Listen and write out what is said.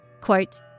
Quote